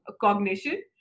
cognition